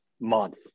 month